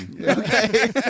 Okay